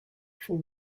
for